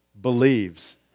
believes